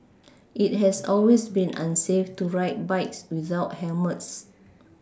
it has always been unsafe to ride bikes without helmets